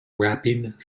rapping